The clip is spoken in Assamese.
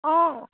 অঁ